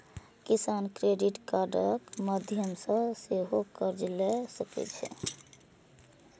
किसान क्रेडिट कार्डक माध्यम सं सेहो कर्ज लए सकै छै